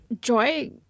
Joy